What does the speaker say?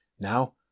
now